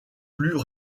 plus